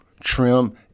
trim